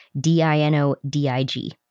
D-I-N-O-D-I-G